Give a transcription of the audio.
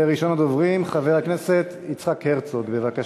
ראשון הדוברים, חבר הכנסת יצחק הרצוג, בבקשה.